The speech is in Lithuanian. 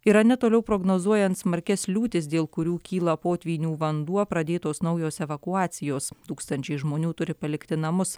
irane toliau prognozuojant smarkias liūtis dėl kurių kyla potvynių vanduo pradėtos naujos evakuacijos tūkstančiai žmonių turi palikti namus